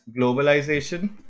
globalization